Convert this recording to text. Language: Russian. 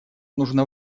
нужно